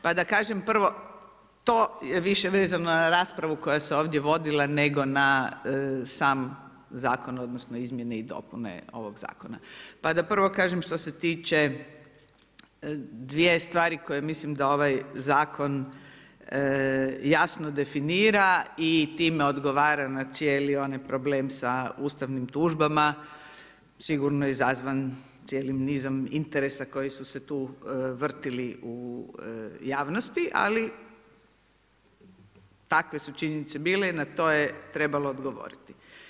Pa da kažem prvo, to je više vezano na raspravu koja se ovdje vodila nego na sam zakon odnosno izmjene i dopune ovog zakona, pa da prvo kažem što se tiče dvije stvari koje mislim da ovaj zakon jasno definira i time odgovara na cijeli onaj problem sa ustavnim tužbama, sigurno izazvan cijelim nizom interesa koji su se tu vrtili u javnosti, ali takve su činjenice bile i na to je trebalo odgovoriti.